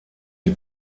die